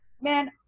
Man